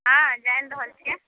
हँ जानि रहल छियै